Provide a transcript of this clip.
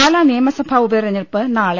പാലാ നിയമസഭാ ഉപതിരഞ്ഞെടുപ്പ് നാളെ